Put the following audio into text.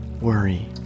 worry